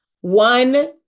one